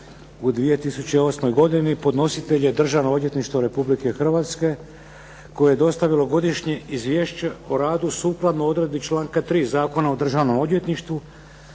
Hrvatske Podnositelj je Državno odvjetništvo Republike Hrvatske koje je dostavilo Godišnje izvješće o radu sukladno odredbi članka 3. Zakona o Državnom odvjetništvu.